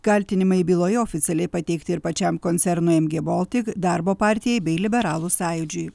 kaltinimai byloje oficialiai pateikti ir pačiam koncernui mg baltic darbo partijai bei liberalų sąjūdžiui